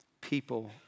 people